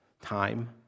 time